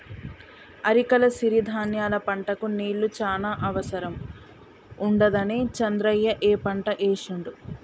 అరికల సిరి ధాన్యాల పంటకు నీళ్లు చాన అవసరం ఉండదని చంద్రయ్య ఈ పంట ఏశిండు